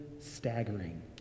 staggering